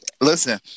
listen